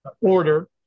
order